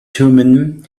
thummim